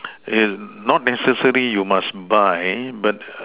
will not necessary you must buy but